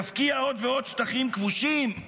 יפקיע עוד ועוד שטחים כבושים,